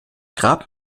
grab